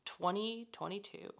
2022